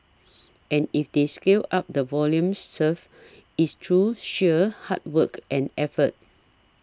and if they scale up the volume served it's through sheer hard work and effort